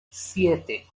siete